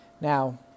Now